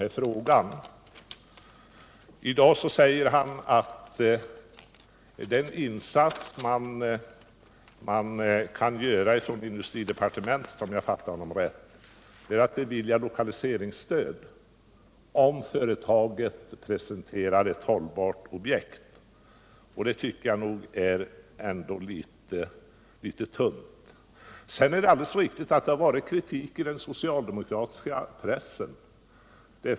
I dag säger industriministern — om jag fattat honom riktigt — att den insats som industridepartementet kan göra är att bevilja lokaliseringsstöd, om företaget presterar ett gångbart objekt. Det tycker jag är litet väl tunt. Däremot är det alldeles riktigt att det har förekommit kritik i den socialdemokratiska pressen.